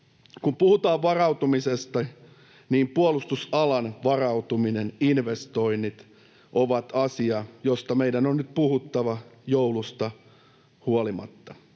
Kun puhutaan varautumisesta, niin puolustusalan varautuminen ja investoinnit ovat asia, josta meidän on nyt puhuttava joulusta huolimatta.